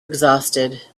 exhausted